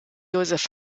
josef